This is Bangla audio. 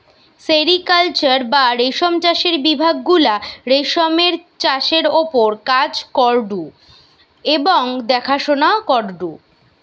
সেরিকালচার বা রেশম চাষের বিভাগ গুলা রেশমের চাষের ওপর কাজ করঢু এবং দেখাশোনা করঢু